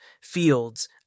fields